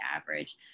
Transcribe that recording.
average